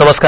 नमस्कार